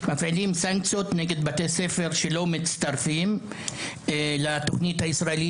מפעילים סנקציות נגד בתי ספר שלא מצטרפים לתכנית הישראלית.